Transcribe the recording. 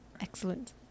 excellent